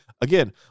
again